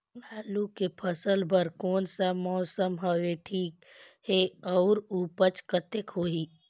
आलू के फसल बर कोन सा मौसम हवे ठीक हे अउर ऊपज कतेक होही?